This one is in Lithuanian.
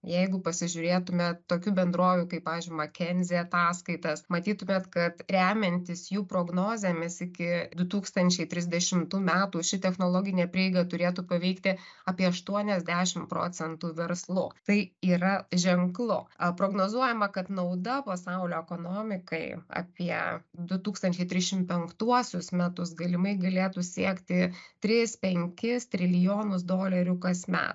jeigu pasižiūrėtumėt tokių bendrovių kaip pavyzdžiui makenzi ataskaitas matytumėt kad remiantis jų prognozėmis iki du tūkstančiai trisdešimtų metų ši technologinė prieiga turėtų paveikti apie aštuoniasdešim procentų verslų tai yra ženklu prognozuojama kad nauda pasaulio ekonomikai apie du tūkstančiai trisdešim penktuosius metus galimai galėtų siekti tris penkis trilijonus dolerių kasmet